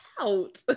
out